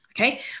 okay